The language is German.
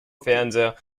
fernseher